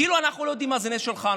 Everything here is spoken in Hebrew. כאילו אנחנו לא יודעים מה זה נס חנוכה,